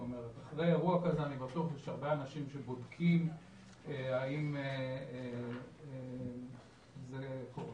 אחרי אירוע כזה אני בטוח שיש הרבה אנשים שבודקים האם זה קורה.